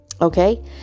Okay